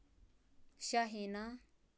Shaheena